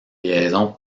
liaison